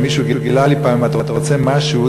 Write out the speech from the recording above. ומישהו גילה לי פעם: אם אתה רוצה משהו,